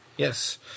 Yes